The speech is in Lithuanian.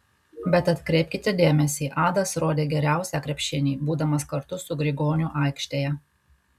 bet atkreipkite dėmesį adas rodė geriausią krepšinį būdamas kartu su grigoniu aikštėje